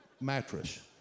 mattress